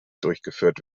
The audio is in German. durchgeführt